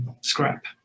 scrap